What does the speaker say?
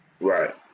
Right